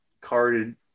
carded